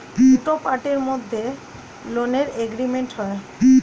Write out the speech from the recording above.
দুটো পার্টির মধ্যে লোনের এগ্রিমেন্ট হয়